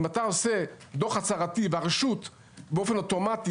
אם אתה עושה דוח הצהרתי והרשות באופן אוטומטי